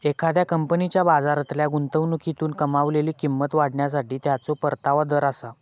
एखाद्या कंपनीच्या बाजारातल्या गुंतवणुकीतून कमावलेली किंमत वाढवण्यासाठी त्याचो परतावा दर आसा